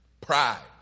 pride